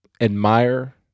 admire